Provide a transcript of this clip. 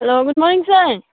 hello good morning sir